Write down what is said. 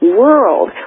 world